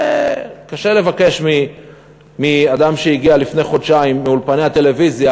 קשה לבקש מאדם שהגיע לפני חודשיים מאולפני הטלוויזיה